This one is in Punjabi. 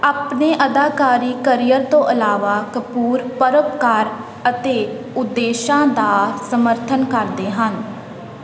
ਆਪਣੇ ਅਦਾਕਾਰੀ ਕਰੀਅਰ ਤੋਂ ਇਲਾਵਾ ਕਪੂਰ ਪਰਉਪਕਾਰ ਅਤੇ ਉਦੇਸ਼ਾਂ ਦਾ ਸਮਰਥਨ ਕਰਦੇ ਹਨ